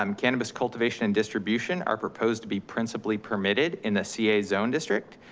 um cannabis, cultivation and distribution are proposed to be principally permitted in the ca zone district.